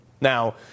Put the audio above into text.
Now